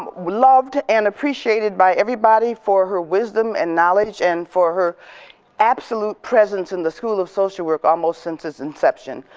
loved, and appreciated by everybody for her wisdom and knowledge and for her absolute presence in the school of social work almost since its inception.